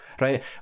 right